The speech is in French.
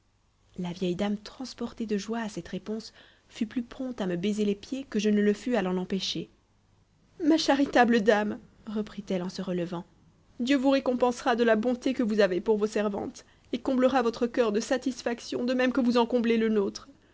la vieille dame transportée de joie a cette réponse fut plus prompte à me baiser les pieds que je ne le fus à l'en empêcher ma charitable dame reprit-elle en se relevant dieu vous récompensera de la bonté que vous avez pour vos servantes et comblera votre coeur de satisfaction de même que vous en comblez le nôtre